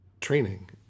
training